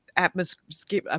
atmosphere